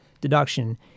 deduction